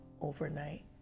overnight